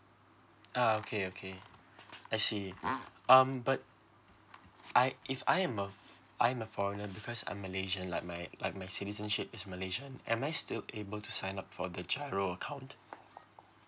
ah okay okay I see um but I if I am a I am a foreigner because I'm malaysian like my like my citizenship is malaysian am I still able to sign up for the giro account